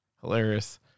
Hilarious